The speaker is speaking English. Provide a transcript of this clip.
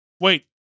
Wait